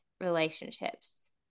relationships